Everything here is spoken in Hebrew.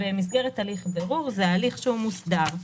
מסגרת הליך בירור זה הליך מוסדר.